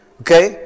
okay